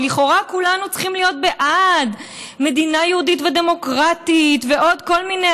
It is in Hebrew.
שלכאורה כולנו צריכים להיות בעד מדינה יהודית ודמוקרטית ועוד כל מיני,